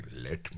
let